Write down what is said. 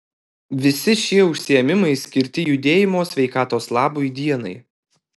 visi šie užsiėmimai skirti judėjimo sveikatos labui dienai